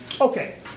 Okay